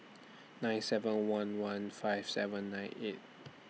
nine seven one one five seven nine eight